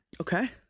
Okay